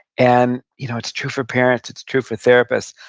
and you know it's true for parents, it's true for therapists,